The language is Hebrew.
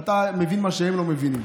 אתה מבין מה שהם לא מבינים.